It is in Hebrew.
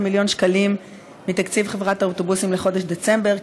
מיליון שקלים מתקציב חברות האוטובוסים לחודש דצמבר,